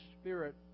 Spirit